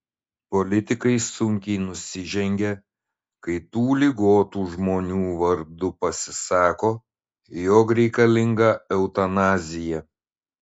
politikai sunkiai nusižengia kai tų ligotų žmonių vardu pasisako jog reikalinga eutanazija